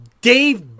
Dave